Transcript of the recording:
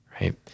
Right